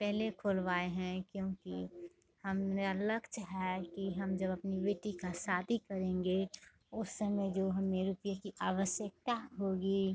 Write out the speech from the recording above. पहले खोलवाए हैं क्योंकि हम मेरा लक्ष्य है कि हम जब अपनी बेटी का शादी करेंगे उस समय जो हमें रुपए की आवश्यकता होगी